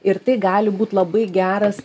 ir tai gali būt labai geras